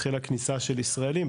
התחילה כניסה של ישראלים,